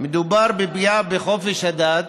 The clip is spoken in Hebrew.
מדובר בפגיעה בחופש דת,